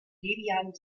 debian